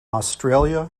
australia